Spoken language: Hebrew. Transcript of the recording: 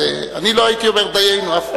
אני לא הייתי אומר "דיינו" אף פעם.